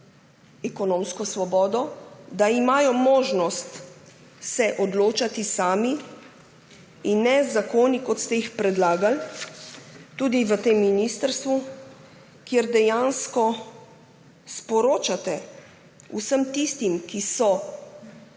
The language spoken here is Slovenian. ekonomsko svobodo, da imajo možnost odločati se sami in ne z zakoni, kot ste jih predlagali tudi v tem ministrstvu, kjer dejansko sporočate vsem tistim, ki so bili